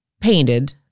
painted